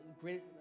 great